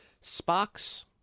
sparks